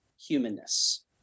humanness